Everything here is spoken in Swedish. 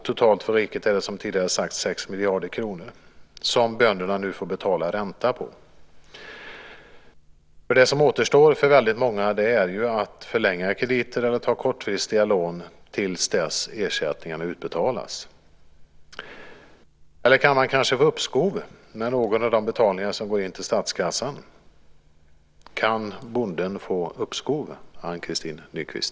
Totalt för riket är det, som tidigare sagts, 6 miljarder kronor som bönderna nu får betala ränta på. Vad som återstår för väldigt många är att förlänga krediter eller att ta kortfristiga lån till dess att ersättningarna utbetalas. Eller kan man kanske få uppskov med någon av de betalningar som går in i statskassan? Kan bonden få uppskov, Ann-Christin Nykvist?